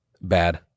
Bad